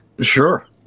Sure